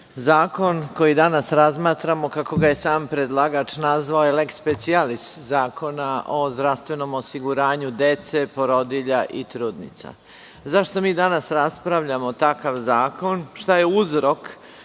zakon koji danas razmatramo, kako ga je i sam predlagač nazvao, jeste leks specijalis Zakona o zdravstvenom osiguranju dece, porodilja i trudnica. Zašto mi danas raspravljamo takav zakon? Šta je uzrok